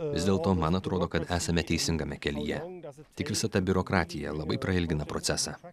vis dėlto man atrodo kad esame teisingame kelyje tik visa ta biurokratija labai prailgina procesą